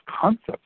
concepts